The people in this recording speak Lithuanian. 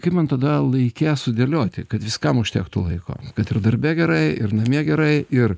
kaip man tada laike sudėlioti kad viskam užtektų laiko kad ir darbe gerai ir namie gerai ir